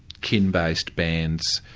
kin-based bands,